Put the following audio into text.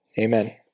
Amen